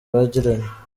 bagiranye